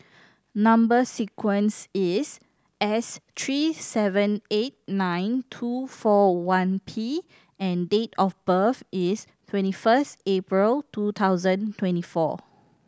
number sequence is S three seven eight nine two four one P and date of birth is twenty first April two thousand twenty four